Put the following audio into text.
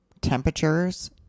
temperatures